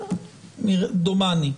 דומני.